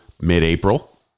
mid-April